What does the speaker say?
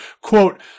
quote